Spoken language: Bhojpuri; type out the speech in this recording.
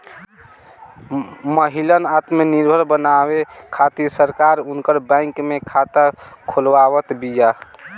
महिलन आत्मनिर्भर बनावे खातिर सरकार उनकर बैंक में खाता खोलवावत बिया